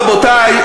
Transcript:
רבותי,